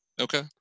Okay